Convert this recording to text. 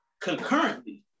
concurrently